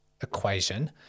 equation